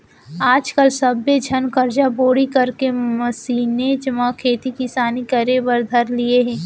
आज काल सब्बे झन करजा बोड़ी करके मसीनेच म खेती किसानी करे बर धर लिये हें